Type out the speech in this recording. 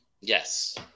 Yes